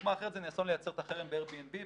דוגמה אחרת זה לנסות לייצר את החרם ב- Airbnbופה,